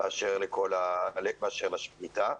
באשר לשביתה.